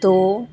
ਦੋ